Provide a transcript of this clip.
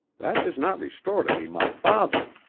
that does not restore to me my father.